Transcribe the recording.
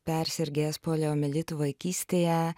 persirgęs poliomielitu vaikystėje